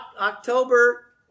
October